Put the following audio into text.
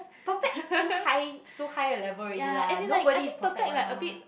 perfect is too high too high level already lah nobody is perfect one mah